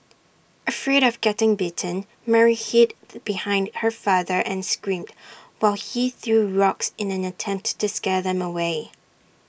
afraid of getting bitten Mary hid the behind her father and screamed while he threw rocks in an attempt to scare them away